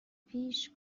پیش